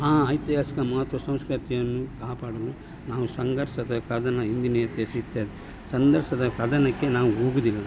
ಆ ಐತಿಹಾಸಿಕ ಮಹತ್ವದ ಸಂಸ್ಕೃತಿಯನ್ನು ಕಾಪಾಡಲು ನಾವು ಸಂಘರ್ಷದ ಕದನ ಸಂಘರ್ಷದ ಕದನಕ್ಕೆ ನಾವು ಹೋಗುವುದಿಲ್ಲ